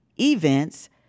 events